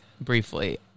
briefly